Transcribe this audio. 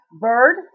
bird